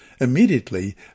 Immediately